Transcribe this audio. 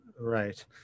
right